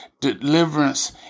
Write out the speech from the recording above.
deliverance